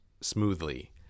smoothly